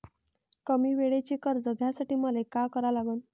कमी वेळेचं कर्ज घ्यासाठी मले का करा लागन?